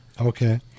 Okay